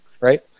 right